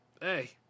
hey